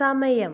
സമയം